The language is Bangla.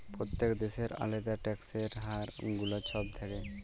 প্যত্তেক দ্যাশের আলেদা ট্যাক্সের হার গুলা ছব থ্যাকে